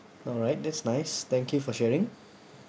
alright that's nice thank you for sharing